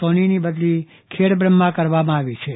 સોનીની બદલી ખેડબ્રહ્મા કરવામાં આવી છે